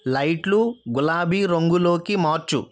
లైట్లు గులాబీ రంగులోకి మార్చు